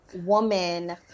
woman